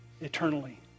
eternally